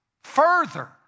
further